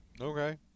Okay